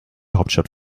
hauptstadt